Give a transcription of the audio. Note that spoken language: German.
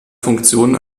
funktion